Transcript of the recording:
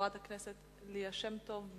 חברת הכנסת ליה שמטוב.